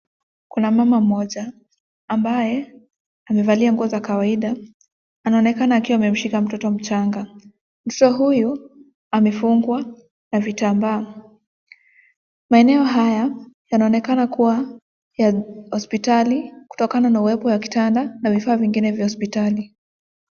Kuna mama mmoja ambaye amevalia nguo za kawaida. Anaonekana akiwa ameshika mtoto mchanga .Mtoto huyu amefungwa na vitambaa. Maeneo haya yanaonekana kuwa ya hospitali kutokana na uwepo wa kitanda na vifaa vingine vya hospitali.